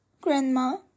Grandma